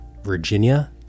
Virginia